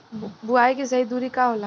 बुआई के सही दूरी का होला?